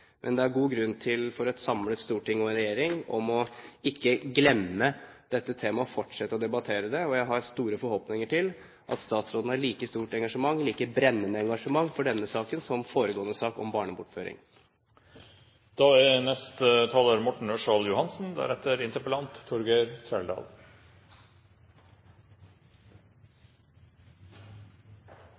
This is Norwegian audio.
Men det er god grunn til for et samlet storting og en regjering å ikke glemme dette temaet, men fortsette å debattere det. Jeg har store forhåpninger til at statsråden har like stort og brennende engasjement for denne saken som foregående sak om barnebortføring. I motsetning til forrige taler